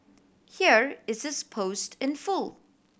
here is his post in full